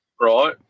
right